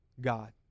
God